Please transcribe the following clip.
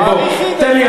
תן לי,